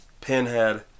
Pinhead